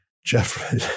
Jeffrey